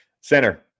Center